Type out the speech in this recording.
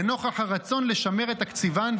לנוכח הרצון לשמר את תקציבן,